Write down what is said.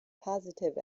positive